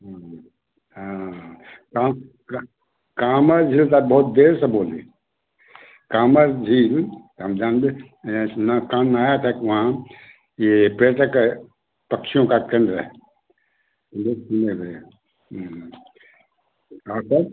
हाँ तब काँमड़ झील तो आप बहुत देर से बोलें काँमड़ झील हम जानबे ना काम में आया था कि वहाँ यह बैठक है पक्षियों का केंद्र है बहुत सुन्दर है और सब